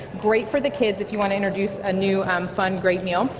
great for the kids if you want to introduce a new um fun great meal.